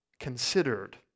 considered